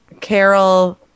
Carol